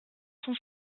son